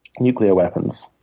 nuclear weapons.